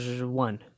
One